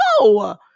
no